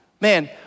man